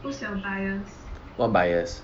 what bias